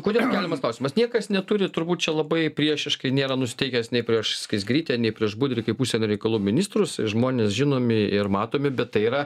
kodėl keliamas klausimas niekas neturi turbūt čia labai priešiškai nėra nusiteikęs nei prieš skaisgirytę nei prieš budrį kaip užsienio reikalų ministrus žmonės žinomi ir matomi bet tai yra